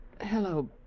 Hello